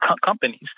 companies